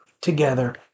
together